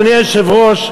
אדוני היושב-ראש,